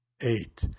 eight